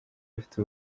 afite